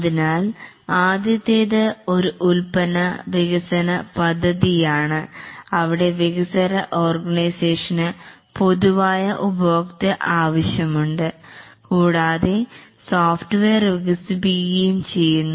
അതിനാൽ ആദ്യത്തേത് ഒരു ഉൽപ്പന്നം വികസന പദ്ധതിയാണ് അവിടെ വികസ്വര ഓർഗനൈസേഷന് പൊതുവായ ഉപഭോക്ത്യ ആവശ്യമുണ്ട് കൂടാതെ സോഫ്റ്റ്വെയർ വികസിപ്പിക്കുകയും ചെയ്യുന്നു